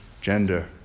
gender